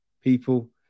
people